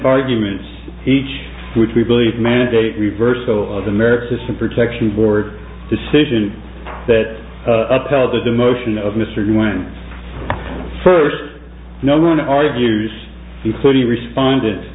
arguments each which we believe mandate reversal of the merit system protection board decision that upheld the demotion of mr b when first no one argues including responde